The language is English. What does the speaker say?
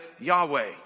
Yahweh